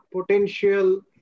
potential